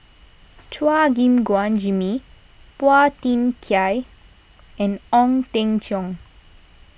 Chua Gim Guan Jimmy Phua Thin Kiay and Ong Teng Cheong